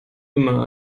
immer